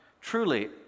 Truly